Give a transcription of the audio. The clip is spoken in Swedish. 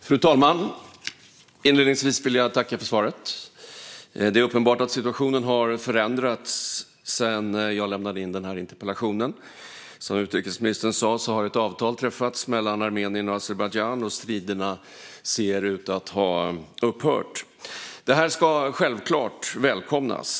Fru talman! Inledningsvis vill jag tacka för svaret. Det är uppenbart att situationen har förändrats sedan jag ställde interpellationen. Som utrikesministern sa har ett avtal träffats mellan Armenien och Azerbajdzjan, och striderna ser ut att ha upphört. Detta ska självklart välkomnas.